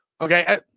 Okay